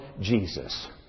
Jesus